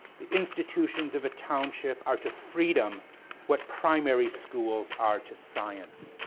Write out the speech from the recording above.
the institutions of a township are to freedom what primary schools are to science.